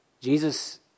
Jesus